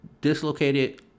dislocated